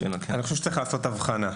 שצריך לעשות הבחנה.